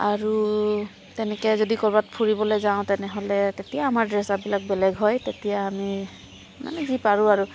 আৰু তেনেকৈ যদি কৰ'বাত ফুৰিবলৈ যাওঁ তেনেহ'লে তেতিয়া আমাৰ ড্ৰেছ আপবিলাক বেলেগে হয় তেতিয়া আমি মানে যি পাৰোঁ আৰু